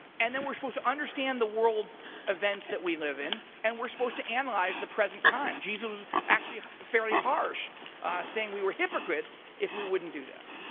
and then we're supposed to understand the world events that we live in and we're supposed to analyze the present time. jesus was actually fairly harsh saying we were hypocrites if we wouldn't do that.